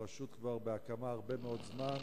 הרשות כבר בהקמה הרבה מאוד זמן,